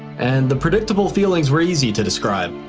and the predictable feelings were easy to describe,